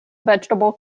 vegetable